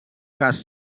cas